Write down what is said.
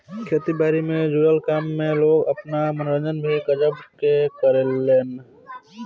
खेती बारी से जुड़ल काम में लोग आपन मनोरंजन भी गा बजा के करेलेन